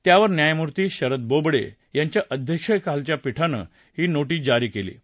त्यावर न्यायमूर्ती शरद बोबडे यांच्या अध्यक्षतेखालच्या पीठान ही नोटीस जारी केली आहे